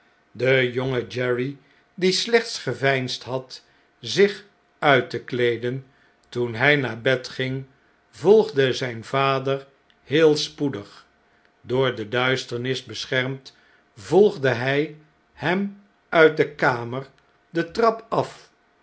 e jonge jerry die slechts geveinsd had zich uit te kleeden toen hy naar bed ging volgde zijn vader heel spoedig door de duisternis beschermd volgde hij hem uit de kamer de trap af